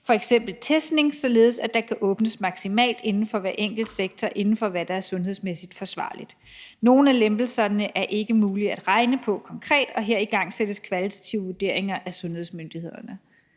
f.eks. testning, således at der kan åbnes maksimalt inden for hver enkelt sektor inden for, hvad der er sundhedsmæssigt forsvarligt. Nogle af lempelserne er ikke mulige at regne på konkret, og her igangsættes kvalitative vurderinger af sundhedsmyndighederne.